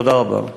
תודה רבה.